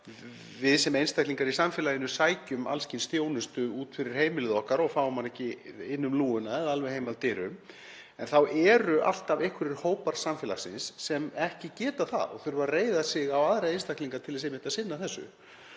við sem einstaklingar í samfélaginu sækjum alls kyns þjónustu út fyrir heimilið okkar og fáum hana ekki inn um lúguna eða alveg heim að dyrum. En það eru alltaf einhverjir hópar samfélagsins sem ekki geta það og þurfa að reiða sig á aðra einstaklinga til þess að sinna þessu.